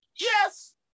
yes